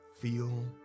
feel